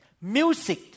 Music